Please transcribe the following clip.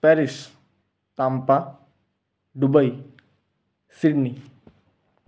Paris Tampa Dubai Sydney